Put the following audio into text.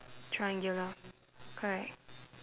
triangular correct